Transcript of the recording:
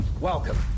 Welcome